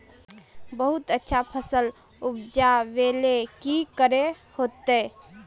बहुत अच्छा फसल उपजावेले की करे होते?